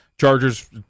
Chargers